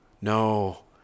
No